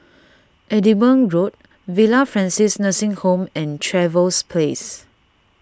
Edinburgh Road Villa Francis Nursing Home and Trevose Place